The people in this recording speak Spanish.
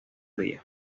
días